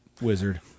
wizard